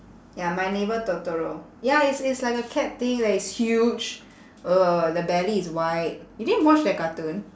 ya my neighbour totoro ya it's it's like a cat thing that is huge uh the belly is white you didn't watch that cartoon